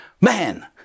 Man